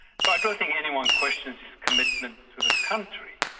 so i don't think anyone questions his commitment to the country.